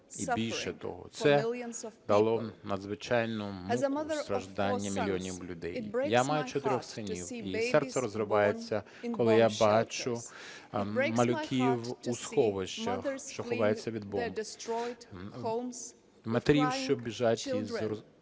це дало надзвичайну муку, страждання мільйонів людей. Я маю чотирьох синів і серце розривається, коли я бачу малюків у сховищах, що ховаються від бомб, матерів, що біжать із розорених